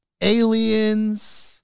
aliens